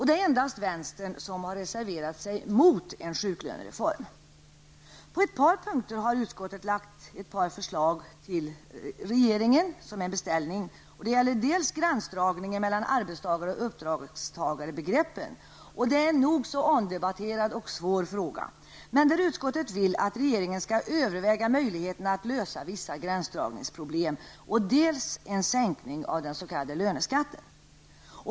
Det är endast vänstern som har reserverat sig mot en sjuklönereform. På ett par punkter har utskottet lagt fram ett par förslag till regeringen. Det gäller dels gränsdragningen mellan arbetstagar och uppdragstagarbegreppen -- en nog så omdebatterad och svår fråga, men där utskottet vill att regeringen skall överväga möjligheterna att lösa vissa gränsdragningsproblem -- dels en sänkning av den s.k. löneskatten.